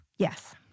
Yes